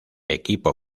equipo